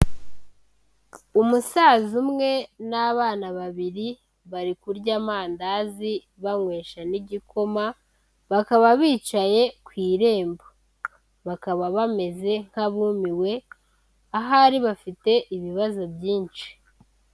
Umusaza umwe n'abana babiri bari kurya amandazi banywesha n'igikoma bakaba bicaye ku irembo, bakaba bameze nk'abumiwe ahari bafite ibibazo byinshi.